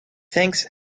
thanks